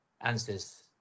answers